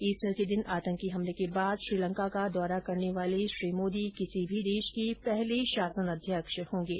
Easter के दिन आतंकी हमले के बाद श्रीलंका का दौरा करने वाले श्री मोदी किसी भी देश के पहले शासनाध्यक्ष होंगे